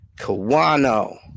kawano